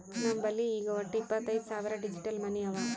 ನಮ್ ಬಲ್ಲಿ ಈಗ್ ವಟ್ಟ ಇಪ್ಪತೈದ್ ಸಾವಿರ್ ಡಿಜಿಟಲ್ ಮನಿ ಅವಾ